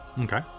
Okay